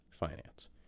finance